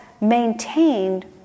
maintained